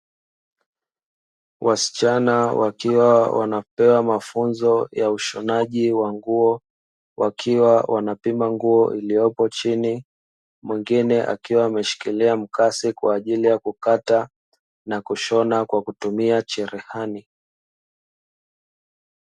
Wasichana wakiwa wanapewa mafunzo ya ushonaji wa nguo, wakiwa wanapima nguo iliyopo chini, mwigine akiwa ameshikilia mkasi kwa ajili ya kukata na kushona kwakutumia cherehani.